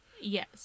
Yes